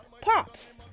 pops